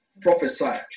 prophesy